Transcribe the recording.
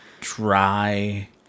dry